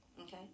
Okay